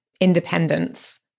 independence